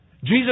Jesus